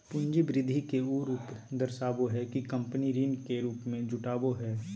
पूंजी वृद्धि के उ रूप दर्शाबो हइ कि कंपनी ऋण के रूप में जुटाबो हइ